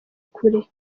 kure